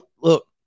look